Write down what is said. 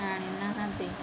ଆଣିନାହାନ୍ତି